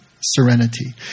serenity